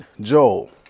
Joel